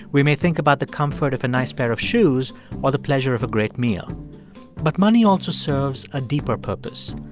we may think about the comfort of a nice pair of shoes while the pleasure of a great meal but money also serves a deeper purpose.